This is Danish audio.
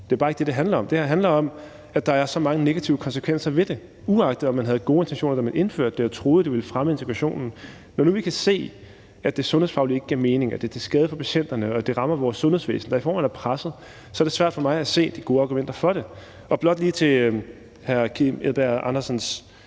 Det er bare ikke det, det handler om. Det her handler om, at der er så mange negative konsekvenser ved det, uagtet at man havde gode intentioner, da man indførte det og troede, at det ville fremme integrationen. Når nu vi kan se, at det sundhedsfagligt ikke giver mening, at det er til skade for patienterne, og at det rammer vores sundhedsvæsen, der i forvejen er presset, er det svært for mig at se de gode argumenter for det. Blot lige til hr. Kim Edberg Andersens